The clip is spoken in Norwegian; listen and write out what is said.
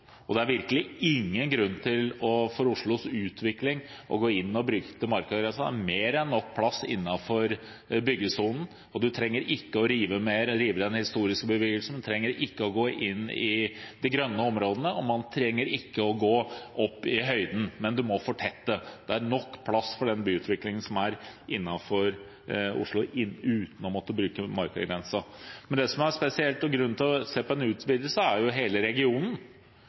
og for Oslos utvikling er det virkelig ingen grunn til å gå inn og bryte markagrensen. Det er mer enn nok plass innenfor byggesonen. Man trenger ikke å rive den historiske bebyggelsen, man trenger ikke å gå inn i de grønne områdene, og man trenger ikke å gå opp i høyden – men man må fortette. Det er nok plass for den byutviklingen som er innenfor Oslo, uten å måtte bryte markagrensen. Det som er spesielt, og som gir grunn til å se på en utvidelse, er hele regionen.